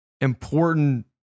important